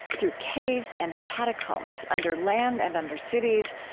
through caves and catacombs under land and under cities,